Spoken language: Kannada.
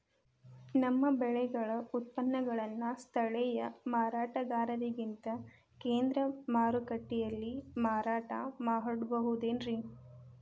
ನಮ್ಮ ಬೆಳೆಗಳ ಉತ್ಪನ್ನಗಳನ್ನ ಸ್ಥಳೇಯ ಮಾರಾಟಗಾರರಿಗಿಂತ ಕೇಂದ್ರ ಮಾರುಕಟ್ಟೆಯಲ್ಲಿ ಮಾರಾಟ ಮಾಡಬಹುದೇನ್ರಿ?